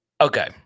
Okay